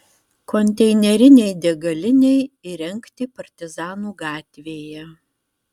konteinerinei degalinei įrengti partizanų gatvėje